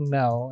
now